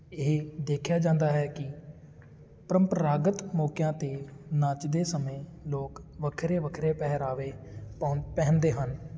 ਇਹ ਦੇਖਿਆ ਜਾਂਦਾ ਹੈ ਕਿ ਪਰੰਪਰਾਗਤ ਮੌਕਿਆਂ 'ਤੇ ਨੱਚਦੇ ਸਮੇਂ ਲੋਕ ਵੱਖਰੇ ਵੱਖਰੇ ਪਹਿਰਾਵੇ ਪਾਉਂ ਪਹਿਨਦੇ ਹਨ